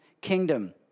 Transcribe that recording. kingdom